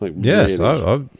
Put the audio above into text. Yes